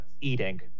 eating